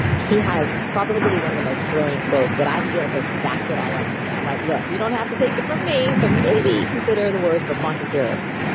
he has probably one of the most brilliant quotes that i feel just backs it all up for me. i'm like look, you don't have to take it from me, but maybe you consider the words of a quantum theorist.